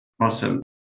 Awesome